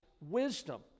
wisdom